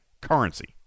currency